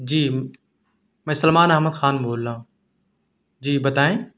جی میں سلمان احمد خان بول رہا ہوں جی بتائیں